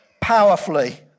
powerfully